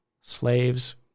slaves